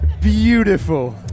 Beautiful